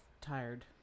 tired